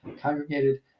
congregated